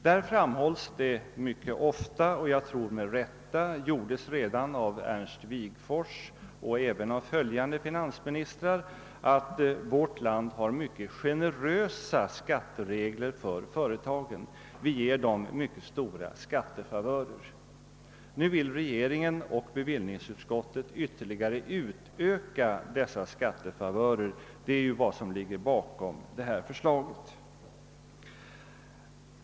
Det framhålles mycket ofta och jag tror med rätta — det gjordes redan av Ernst Wigforss och även av följande finansministrar — att vårt land har mycket generösa skatteregler för företagen; de får mycket stora skattefavörer. Nu vill regeringen och bevillningsutskottet ytterligare öka dessa skattefavörer — det är vad som ligger bakom förslaget.